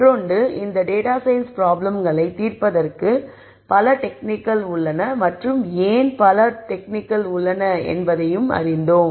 மற்றொன்று இந்த data science ப்ராப்ளம்களை தீர்ப்பதற்கு பல டெக்னிக்கள் உள்ளன மற்றும் ஏன் பல டெக்னிக்கள் உள்ளன என்பதை அறிந்தோம்